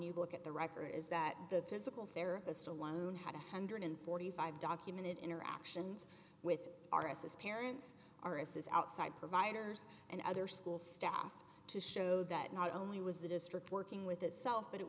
you look at the record is that the physical therapist alone had a one hundred and forty five documented interactions with our us as parents are as is outside providers and other school staff to show that not only was the district working with itself but it